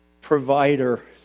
Provider